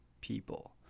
people